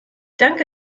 danke